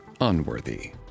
unworthy